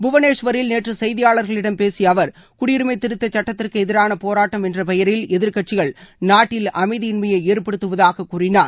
புவனேஷ்வரில் நேற்று செய்தியாளர்களிடம் பேசிய அவர் குடியுரிஸம திருத்தச் சட்டத்திற்கு எதிரான போராட்டம் என்ற பெயரில் எதிர்க்கட்சிகள் நாட்டில் அமைதியின்மையை ஏற்படுத்துவதாக கூறினார்